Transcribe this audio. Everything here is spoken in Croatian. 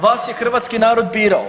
Vas je hrvatski narod birao.